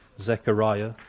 Zechariah